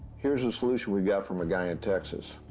here's a solution we got from a guy in texas.